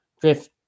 Drift